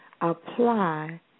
apply